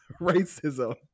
Racism